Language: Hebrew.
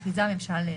מכריזה הממשלה לאמור: